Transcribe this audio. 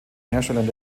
herstellern